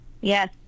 Yes